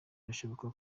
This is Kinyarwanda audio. birashoboka